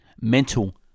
Mental